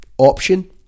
option